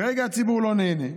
כרגע הציבור לא נהנה.